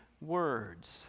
words